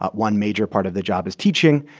ah one major part of the job is teaching,